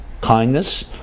kindness